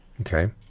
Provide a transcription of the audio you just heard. Okay